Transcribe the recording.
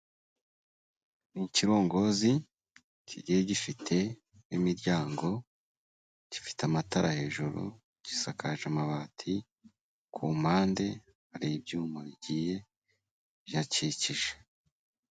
Ni ikirongozi kigiye gifite imiryango, gifite amatara hejuru, gisakaje amabati, ku mpande hari ibyuma bigiye bihakikije.